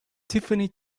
tiffany